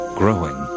growing